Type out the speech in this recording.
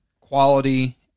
quality